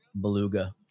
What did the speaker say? beluga